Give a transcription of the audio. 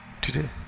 today